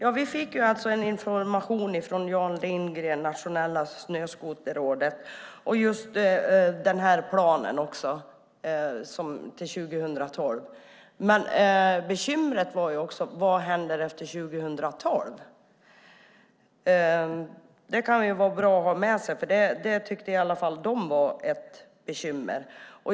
Fru talman! Vi fick en information av Jan Lindgren från Nationella Snöskoterrådet om planen till 2012. Men bekymret var: Vad händer efter 2012? Det kan vara bra att ha med sig, för det är ett bekymmer.